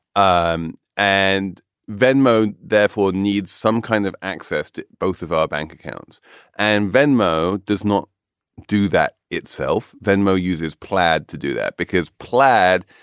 um and venmo therefore needs some kind of access to both of our bank accounts and venmo does not do that itself. venmo users plan to do that because plaid.